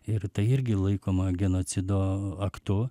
ir tai irgi laikoma genocido aktu